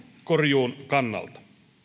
korjuun kannalta